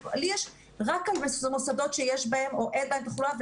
לי יש רק על מוסדות שיש בהם או אין בהם תחלואה,